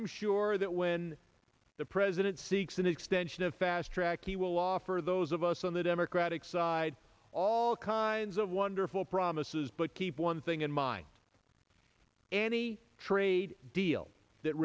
am sure that when the president seeks an extension of fast track he will offer those of us on the democratic side all kinds of wonderful promises but keep one thing in mind and a trade deal that